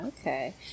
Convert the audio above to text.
Okay